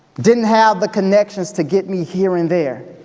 didn't have the connections to get me here and there,